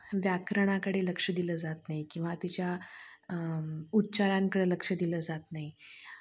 व्याकरणाकडे लक्ष दिलं जात नाई किंवा तिच्या उच्चारांकडं लक्ष दिलं जात नाही